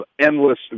endless